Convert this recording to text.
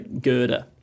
girder